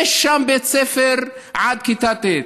יש שם בית ספר עד כיתה ט',